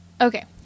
Okay